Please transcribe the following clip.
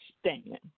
stand